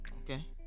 Okay